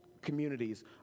communities